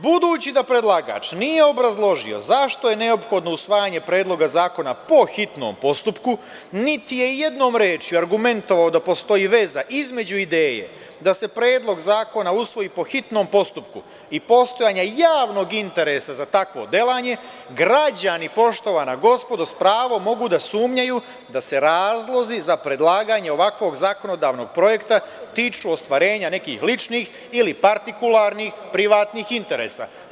Budući da predlagač nije obrazložio zašto je neophodno usvajanje Predloga zakona po hitnom postupku, niti je jednom rečju argumentovao da postoji veza između ideje da se Predlog zakona usvoji po hitnom postupku i postojanja javnog interesa za takvo delanje, građani, poštovana gospodo, s pravom mogu da sumnjaju da se razlozi za predlaganje ovakvog zakonodavnog projekta tiču ostvarenja nekih ličnih ili partikularnih privatnih interesa.